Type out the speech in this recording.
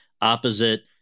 opposite